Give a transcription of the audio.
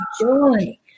joy